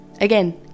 Again